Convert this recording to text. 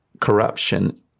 corruption